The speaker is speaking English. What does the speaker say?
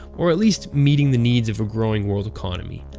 or at least meeting the needs of a growing world economy.